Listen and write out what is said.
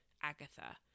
Agatha